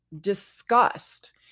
disgust